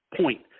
point